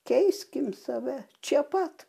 keiskim save čia pat